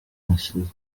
yasize